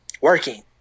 working